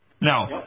Now